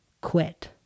quit